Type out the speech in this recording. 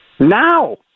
Now